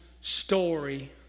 story